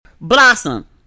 Blossom